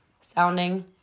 sounding